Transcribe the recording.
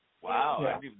Wow